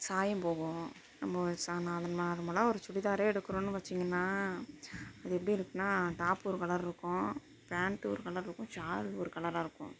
சாயம் போகும் நம்ம ஒரு சா நா நார்மலாக ஒரு சுடிதாரே எடுக்குறோம்னு வச்சிங்கனால் அது எப்படி இருக்குதுன்னா டாப்பு ஒரு கலர் இருக்கும் பேண்ட்டு ஒரு கலர் இருக்கும் ஷால் ஒரு கலராக இருக்கும்